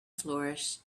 flourish